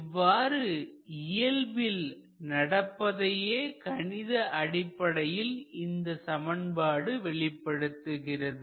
இவ்வாறு இயல்பில் நடப்பதையே கணித அடிப்படையில் இந்த சமன்பாடு வெளிப்படுத்துகிறது